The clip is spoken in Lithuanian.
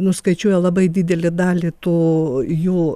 nuskaičiuoja labai didelę dalį to jų